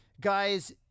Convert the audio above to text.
guys